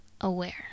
aware